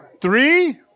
Three